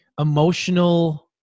emotional